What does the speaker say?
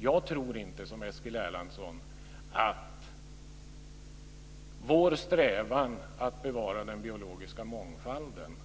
Jag tror inte som Eskil Erlandsson att vår strävan att bevara den biologiska mångfalden